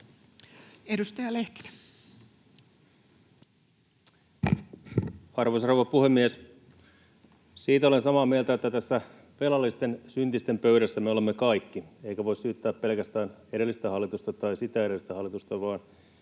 Edustaja Lehtinen. Arvoisa rouva puhemies! Siitä olen samaa mieltä, että tässä velallisten syntisten pöydässä me olemme kaikki, eikä voi syyttää pelkästään edellistä hallitusta tai sitä edellistä hallitusta, vaan,